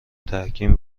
تحکیم